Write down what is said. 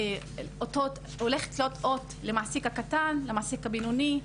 הולך להיות אות למעסיק קטן, למעסיק בינוני,